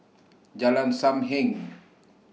Jalan SAM Heng